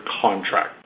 contract